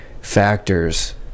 factors